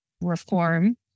reform